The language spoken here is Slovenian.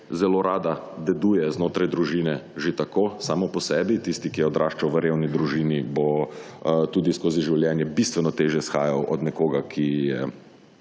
zelo rada deduje znotraj družine, že tako, samo po sebi, tisti, ki je odraščal v revni družini, bo tudi skozi življenje bistveno težje shajal od nekoga, ki